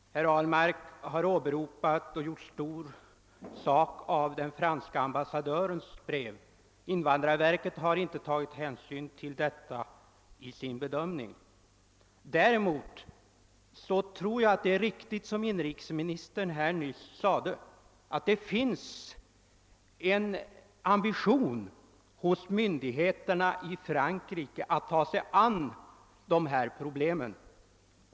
Herr Ahlmark har åberopat och gjort stor sak av den franska ambassadörens brev. Invandrarverket har inte tagit hänsyn till detta i sin bedömning. Däremot tror jag att det är riktigt, som inrikesministern nyss sade, att det finns en ambition hos myndigheterna i Frankrike att ta sig an dessa problem.